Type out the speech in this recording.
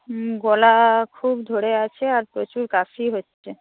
গলা খুব ধরে আছে আর প্রচুর কাশি হচ্ছে